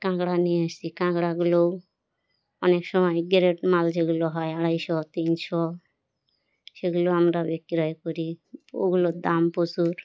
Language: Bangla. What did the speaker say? কাঁকড়া নিয়ে এসি কাঁকড়াগুলোও অনেক সময় গেরেট মাল যেগুলো হয় আড়াইশো তিনশো সেগুলো আমরা বিক্রয় করি ওগুলোর দাম প্রচুর